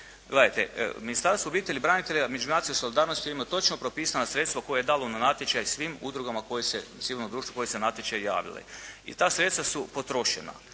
Gledajte, Ministarstvo obitelji, branitelja i međugeneracijske solidarnosti ima točno propisana sredstva koja je dalo na natječaj svim udrugama civilnog društva koje su se na natječaj javile i ta sredstva su potrošena.